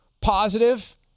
positive